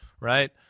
right